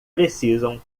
precisam